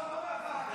לוועדת